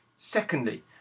Secondly